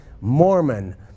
Mormon